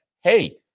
Hey